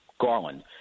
Garland